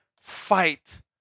fight